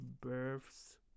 births